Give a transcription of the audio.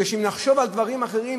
כי אם נחשוב על דברים אחרים,